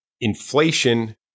Inflation